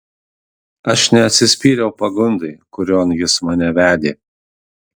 aš neatsispyriau pagundai kurion jis mane vedė